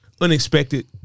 unexpected